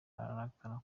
ararakara